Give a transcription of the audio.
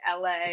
LA